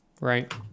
Right